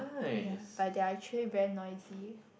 ya but they are actually very noisy